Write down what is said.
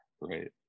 Right